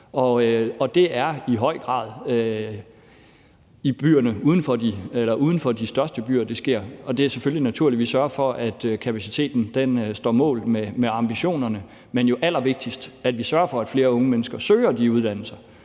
og det er i høj grad uden for de største byer, det sker. Det er selvfølgelig naturligt, at vi sørger for, at kapaciteten står mål med ambitionerne, men det er jo allervigtigst, at vi sørger for, at flere unge mennesker søger de uddannelser,